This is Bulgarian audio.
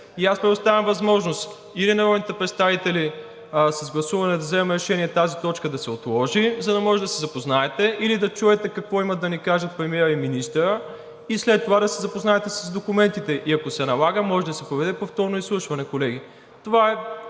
и аз предоставям възможност или народните представители с гласуване да вземем решение тази точка да се отложи, за да може да се запознаете, или да чуете какво имат да ни кажат премиерът и министърът и след това да се запознаете с документите. Ако се налага, може да се проведе повторно изслушване, колеги.